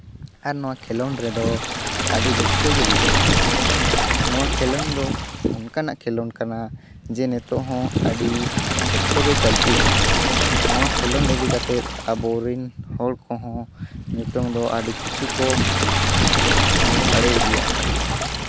ᱟᱨ ᱱᱚᱣᱟ ᱠᱷᱮᱞᱳᱰ ᱨᱮᱫᱚ ᱟᱹᱰᱤ ᱨᱟᱹᱥᱠᱟᱹ ᱜᱮ ᱵᱩᱡᱷᱟᱹᱜᱼᱟ ᱱᱚᱣᱟ ᱠᱷᱮᱞᱳᱰ ᱫᱚ ᱚᱱᱠᱟᱱᱟᱜ ᱠᱷᱮᱞᱳᱰ ᱠᱟᱱᱟ ᱡᱮ ᱱᱤᱛᱚᱜ ᱦᱚᱸ ᱟᱹᱰᱤ ᱥᱚᱠᱛᱚ ᱜᱮ ᱪᱚᱞᱛᱤ ᱠᱟᱱᱟ ᱱᱚᱣᱟ ᱠᱷᱮᱞᱳᱰ ᱤᱫᱤ ᱠᱟᱛᱮ ᱟᱵᱚ ᱨᱮᱱ ᱦᱚᱲ ᱠᱚᱦᱚᱸ ᱱᱤᱛᱚᱜ ᱫᱚ ᱟᱹᱰᱤ ᱠᱤᱪᱷᱩ ᱠᱚ ᱫᱟᱲᱮ ᱤᱫᱤᱭᱟᱜ ᱠᱟᱱᱟ